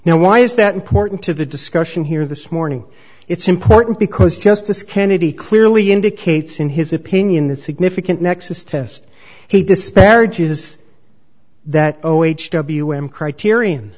now why is that important to the discussion here this morning it's important because justice kennedy clearly indicates in his opinion the significant nexus test he disparages is that oh h w m criterion